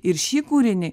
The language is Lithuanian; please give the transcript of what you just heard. ir šį kūrinį